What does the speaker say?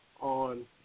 on